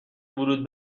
ورود